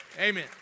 Amen